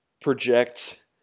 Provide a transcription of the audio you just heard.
project